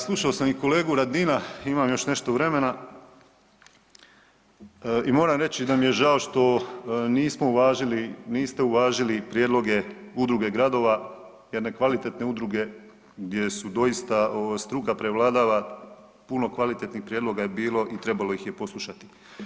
Slušao sam i kolegu Radina, imam još nešto vremena, i moram reći da mi je žao što niste uvažili prijedloge Udruge gradova jedne kvalitetne udruge gdje su doista struka prevladava, puno kvalitetnih prijedloga je bilo i trebalo ih je poslušati.